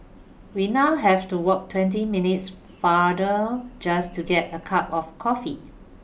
we now have to walk twenty minutes farther just to get a cup of coffee